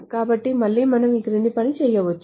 కాబట్టి మళ్లీ మనం ఈ క్రింది పని చేయవచ్చు